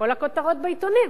כל הכותרות בעיתונים,